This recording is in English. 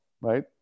right